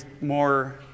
more